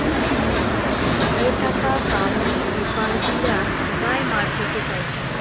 যেটাকা কাউরি বেপার গিলা সোগায় মার্কেটে পাইচুঙ